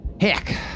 Heck